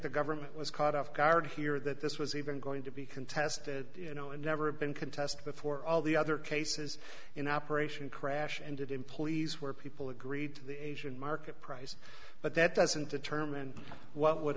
the government was caught off guard here that this was even going to be contested you know and never been contested before all the other cases in operation crash ended in police where people agreed to the asian market price but that doesn't determine what would